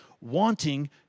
wanting